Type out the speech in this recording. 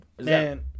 Man